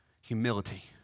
humility